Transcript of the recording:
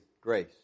Grace